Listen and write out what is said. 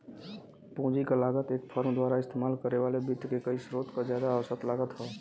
पूंजी क लागत एक फर्म द्वारा इस्तेमाल करे वाले वित्त क कई स्रोत क जादा औसत लागत हौ